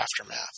aftermath